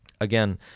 Again